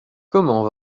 comment